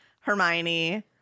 hermione